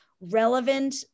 relevant